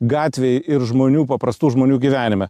gatvėj ir žmonių paprastų žmonių gyvenime